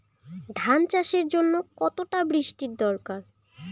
ধান চাষের জন্য কতটা বৃষ্টির দরকার?